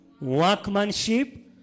workmanship